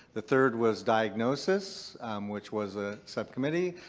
the third was diagnosis which was a subcommittee.